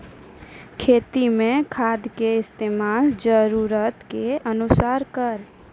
खेती मे खाद के इस्तेमाल जरूरत के अनुसार करऽ